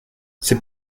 c’est